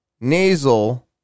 nasal